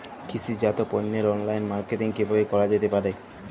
কৃষিজাত পণ্যের online marketing কিভাবে করা যেতে পারে?